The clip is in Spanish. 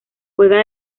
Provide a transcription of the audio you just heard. juega